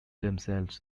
themselves